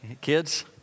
Kids